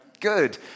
good